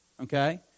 okay